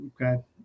Okay